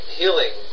healing